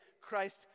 Christ